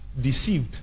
deceived